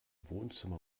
wohnzimmer